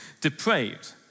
depraved